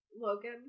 Logan